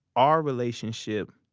our relationship